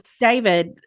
David